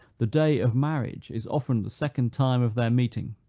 the day of marriage is often the second time of their meeting.